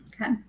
okay